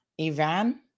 Ivan